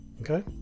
Okay